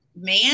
Man